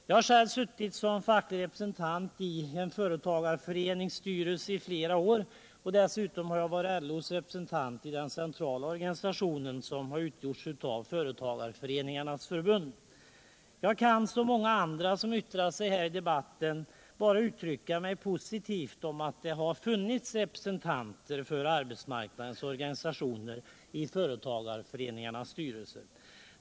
Jag har själv suttit som facklig representant i en företagarförenings styrelse i flera år, och dessutom har jag varit LO:s representant i den centrala organisationen Företagareföreningarnas förbund. Jag kan, som många andra som yttrat sig här i debatten, bara uttrycka mig positivt om att det funnits representanter för arbetsmarknadens organisationer i företagarföreningarnas styrelser.